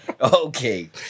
okay